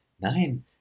nein